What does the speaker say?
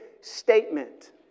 statement